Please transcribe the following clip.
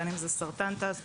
בין אם זה סרטן תעסוקתי,